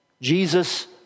Jesus